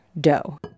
dough